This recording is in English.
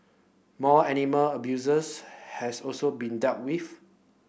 more animal abusers has also been dealt with